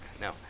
No